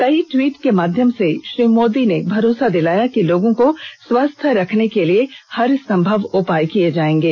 कई ट्वीट के माध्यम से श्री मोदी ने भरोसा दिलाया कि लोगों को स्वस्थ रखने के लिए हरसंभव उपाय किये जायेंगे